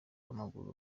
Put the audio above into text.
w’amaguru